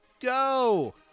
go